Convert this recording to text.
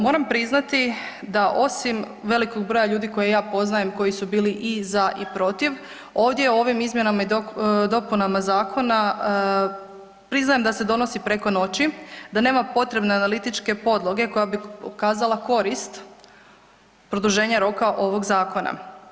Moram priznati da osim velikog broja ljudi koje ja poznajem, koji su bili i za i protiv, ovdje ovim izmjenama i dopunama zakona priznajem da se donosi preko noći, da nema potrebne analitičke podloge koja bi kazala korist produženja roka ovog zakona.